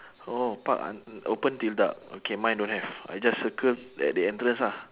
oh park ah open till dark okay mine don't have I just circle at the entrance ah